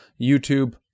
YouTube